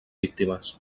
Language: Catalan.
víctimes